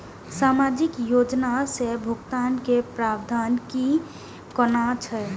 सामाजिक योजना से भुगतान के प्रावधान की कोना छै?